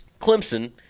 Clemson